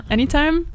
Anytime